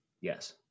Yes